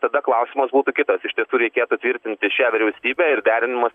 tada klausimas būtų kitas iš tiesų reikėtų tvirtinti šią vyriausybę ir derinimas